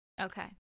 Okay